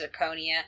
Zirconia